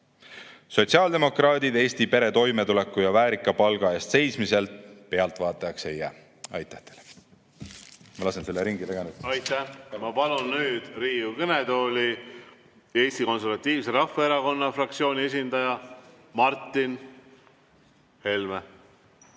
Sotsiaaldemokraadid Eesti perede toimetuleku ja väärika palga eest seismisel pealtvaatajaks ei jää. Aitäh teile! Ma lasen selle [näidise] nüüd ringile. Aitäh! Ma palun nüüd Riigikogu kõnetooli Eesti Konservatiivse Rahvaerakonna fraktsiooni esindaja Martin Helme.